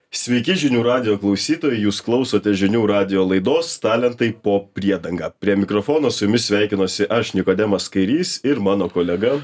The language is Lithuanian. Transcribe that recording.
sveiki žinių radijo klausytojai jūs klausote žinių radijo laidos talentai po priedanga prie mikrofono su jumis sveikinuosi aš nikodemas kairys ir mano kolega